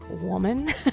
woman